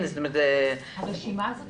הרשימה זאת